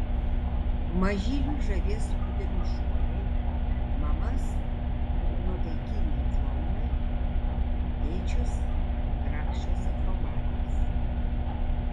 mažylius žavės pudelių šuoliai mamas nuotaikingi klounai tėčius grakščios akrobatės